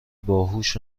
باهوش